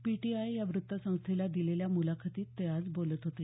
PTI या वृत्तसंस्थेला दिलेल्या मुलाखतीत ते आज बोलत होते